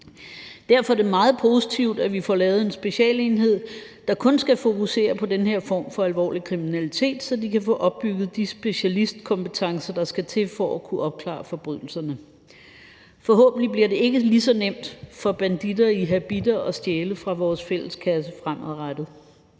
Derfor er det meget positivt, at vi får lavet en specialenhed, der kun skal fokusere på den her form for alvorlig kriminalitet, så de kan få opbygget de specialistkompetencer, der skal til for at kunne opklare forbrydelserne. Forhåbentlig bliver det ikke lige så nemt for banditter i habitter at stjæle fra vores fælleskasse fremadrettet.